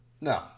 no